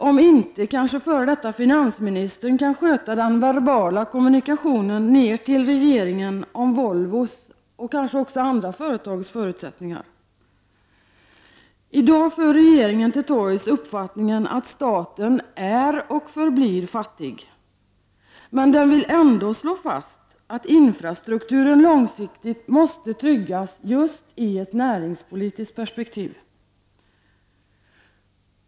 Om inte, kanske f.d. finansministern kan sköta den verbala kommunikationen ner till regeringen om Volvos och kanske också andra företags förutsättningar. I dag för regeringen till torgs uppfattningen att staten är och förblir fattig. Men den vill ändå slå fast att infrastrukturen långsiktigt måste tryggas just i ett näringspolitiskt perspektiv.